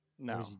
No